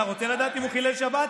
אתה רוצה לדעת אם הוא חילל שבת?